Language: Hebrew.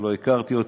שלא הכרתי.